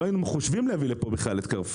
לא היינו חושבים בכלל להביא לפה בכלל את "קרפור".